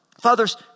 fathers